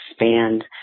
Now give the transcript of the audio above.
expand